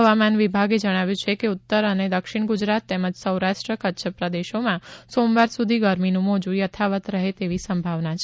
હવામાન વિભાગે જણાવ્યું છે કે ઉત્તર અને દક્ષિણ ગુજરાત તેમજ સૌરાષ્ટ્ર કચ્છ પ્રદેશોમાં સોમવાર સુધી ગરમીનું મોજું યથાવત રહે તેવી સંભાવના છે